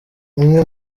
umwe